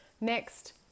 Next